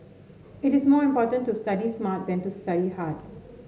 it is more important to study smart than to study hard